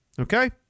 Okay